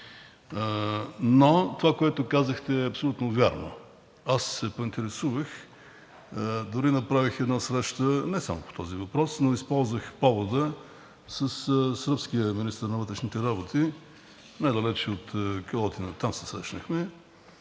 Но това, което казахте, е абсолютно вярно. Аз се поинтересувах, дори направих една среща – не само по този въпрос, но използвах повода, със сръбския министър на вътрешните работи недалече от Калотина, там се срещнахме,